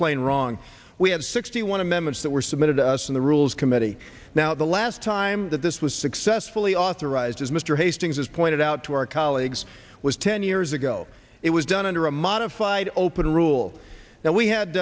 plain wrong we have sixty one amendments that were submitted to us in the rules committee now the last time that this was successfully authorized as mr hastings has pointed out to our colleagues was ten years ago it was done under a modified open rule that we had